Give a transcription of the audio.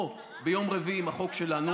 או ביום רביעי עם החוק שלנו.